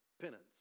penance